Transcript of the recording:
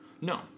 no